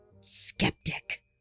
skeptic